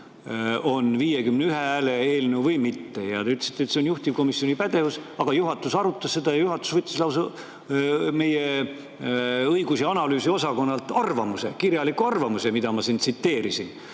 on 51 hääle eelnõu või mitte. Te ütlesite, et see on juhtivkomisjoni pädevus, aga juhatus arutas seda ja võttis lausa meie õigus‑ ja analüüsiosakonnalt arvamuse, kirjaliku arvamuse, mida ma siin tsiteerisin.